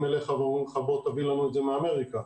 אליך ואומרים לך: תביא לנו את זה מאמריקה.